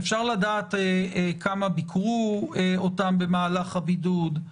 אפשר לדעת כמה ביקרו אותם במהלך הבידוד?